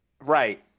Right